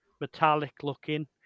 metallic-looking